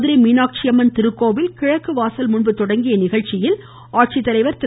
மதுரை மீனாட்சி அம்மன் திருக்கோவில் கிழக்கு வாசல் முன்பு தொடங்கிய இந்நிகழ்ச்சியில் ஆட்சித்தலைவர் திரு